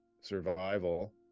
survival